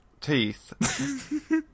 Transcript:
teeth